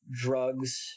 drugs